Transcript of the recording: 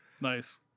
Nice